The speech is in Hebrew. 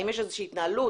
האם יש איזושהי התנהלות,